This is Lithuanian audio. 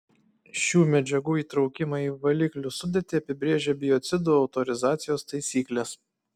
šių medžiagų įtraukimą į valiklių sudėtį apibrėžia biocidų autorizacijos taisyklės